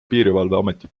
piirivalveameti